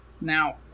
Now